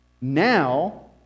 Now